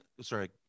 sorry